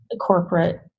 corporate